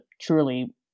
truly